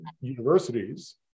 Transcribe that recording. universities